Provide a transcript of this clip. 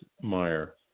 Meyer